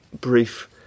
brief